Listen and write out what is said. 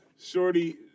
Shorty